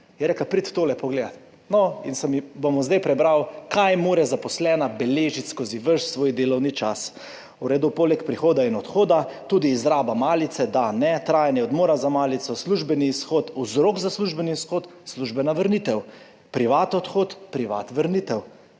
je rekla, pridi tole pogledat. No in bom zdaj prebral, kaj mora zaposlena beležiti skozi ves svoj delovni čas, v redu, poleg prihoda in odhoda, tudi izraba malice, da, ne, trajanje odmora za malico, službeni izhod, vzrok za službeni izhod, službena vrnitev, privat odhod, privat vrnitev